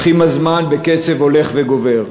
אך עם הזמן בקצב הולך וגובר.